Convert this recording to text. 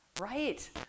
Right